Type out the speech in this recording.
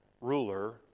ruler